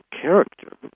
character